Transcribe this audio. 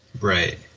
Right